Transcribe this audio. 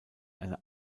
eine